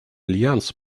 альянс